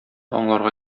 аңларга